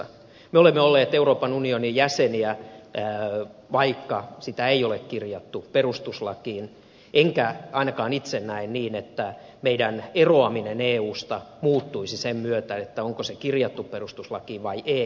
me olemme olleet euroopan unionin jäseniä vaikka sitä ei ole kirjattu perustuslakiin enkä ainakaan itse näe niin että meidän eroamisemme eusta muuttuisi sen myötä onko se kirjattu perustuslakiin vai ei